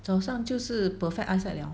早上就是 perfect eyesight 了